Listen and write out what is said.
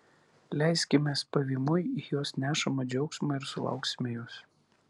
leiskimės pavymui į jos nešamą džiaugsmą ir sulauksime jos